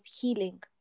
healing